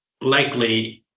likely